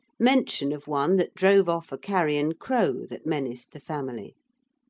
mention of one that drove off a carrion crow that menaced the family.